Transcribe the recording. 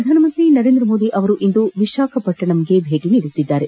ಪ್ರಧಾನಮಂತ್ರಿ ನರೇಂದ್ರ ಮೋದಿ ಅವರು ಇಂದು ವಿಶಾಖಪಟ್ಟಣಂಗೆ ಭೇಟಿ ನೀಡುತ್ತಿದ್ದಾರೆ